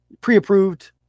pre-approved